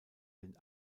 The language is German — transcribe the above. den